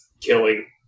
killing